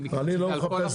כי ביקשנו את זה על כל הפרה.